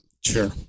Sure